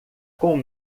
com